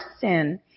sin